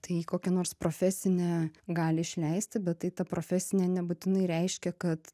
tai į kokią nors profesinę gali išleisti bet tai ta profesinė nebūtinai reiškia kad